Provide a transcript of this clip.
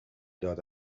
داد